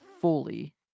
fully